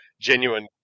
genuine